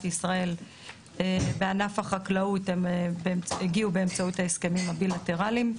ישראל בענף החקלאות הגיעו באמצעות ההסכמים הבילטרליים.